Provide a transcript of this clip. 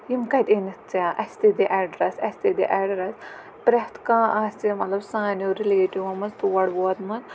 یِم کَتہِ أنِتھ ژےٚ اَسہِ تہِ دِ اٮ۪ڈرَس اَسہِ تہِ دِ اٮ۪ڈرَس پرٮ۪تھ کانٛہہ آسہِ مطلب سانیو رِلیٹِوَو منٛز تور ووتمُت